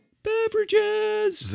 Beverages